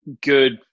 good